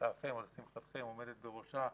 עומדת בראשה.